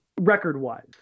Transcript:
record-wise